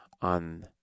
on